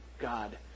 God